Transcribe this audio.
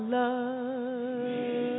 love